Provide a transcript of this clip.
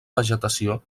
vegetació